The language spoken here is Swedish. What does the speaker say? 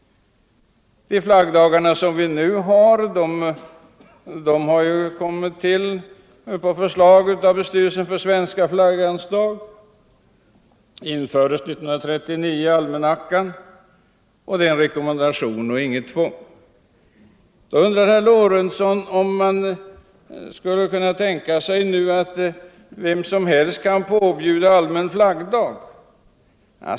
De flaggdagar som nu finns har kommit till på förslag av bestyrelsen för Svenska Flaggans dag och infördes år 1939 i almanackan: flaggning rekommenderas, men det är inget tvång. Herr Lorentzon undrar om man nu skulle kunna tänka sig att vem som helst kan påbjuda allmän flaggdag.